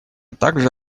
также